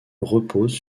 repose